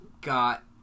got